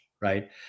right